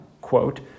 quote